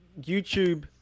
YouTube